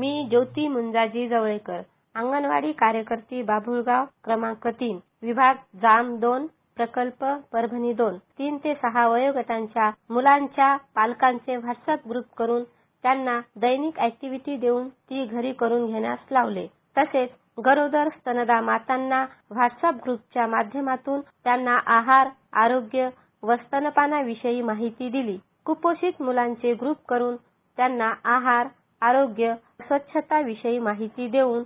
मी ज्योती मूंजाजी जवळेकर अंगणवाडी कार्यकर्ती बाबूळगाव क्रमांक तीन विभाग जाम दोन प्रकल्प परभणी दोन तीन ते सहा वयोगटातील मुलांच्या पालकांचे व्हॉटसअॅप ग्रुप करून त्यांना दैनिक अॅक्टिविटी देऊन ती घरी करून घेण्यास लावले तसेच गरोदर व स्तनदा मातांना व्हॉटसअॅप ग्रुपच्या माध्यमातून त्यांना आहार आरोग्य व स्तनपानाविषयी माहिती दिली कुपोषित मुलांचे ग्रुप करून त्यांना आहार आरोग्य स्वच्छता विषयी माहिती देऊन